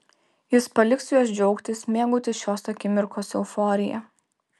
jis paliks juos džiaugtis mėgautis šios akimirkos euforija